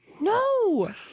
No